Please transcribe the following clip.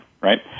right